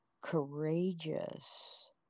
courageous